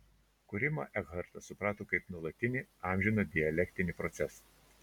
kūrimą ekhartas suprato kaip nuolatinį amžiną dialektinį procesą